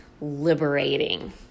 liberating